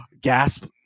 gasp